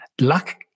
luck